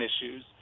issues